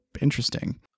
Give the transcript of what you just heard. interesting